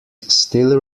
still